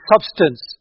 substance